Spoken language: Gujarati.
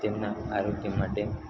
તેમના આરોગ્ય માટે